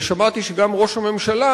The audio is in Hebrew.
ושמעתי שגם ראש הממשלה,